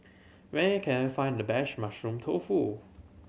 where can I find the best Mushroom Tofu